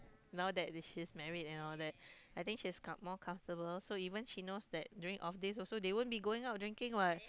now that she's married and all that I think she has got more comfortable so even she knows that during office also they wouldn't be going out drinking what